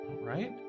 right